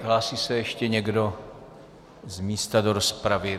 Hlásí se ještě někdo z místa do rozpravy?